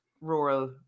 rural